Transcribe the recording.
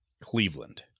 Cleveland